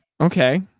okay